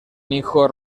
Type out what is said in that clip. hijo